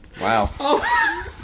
Wow